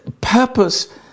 purpose